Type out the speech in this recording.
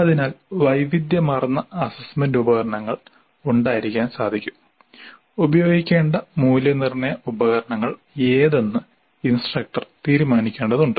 അതിനാൽ വൈവിധ്യമാർന്ന അസ്സസ്സ്മെന്റ് ഉപകരണങ്ങൾ ഉണ്ടായിരിക്കാൻ സാധിക്കും ഉപയോഗിക്കേണ്ട മൂല്യനിർണ്ണയ ഉപകരണങ്ങൾ ഏതെന്ന് ഇൻസ്ട്രക്ടർ തീരുമാനിക്കേണ്ടതുണ്ട്